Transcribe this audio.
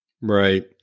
right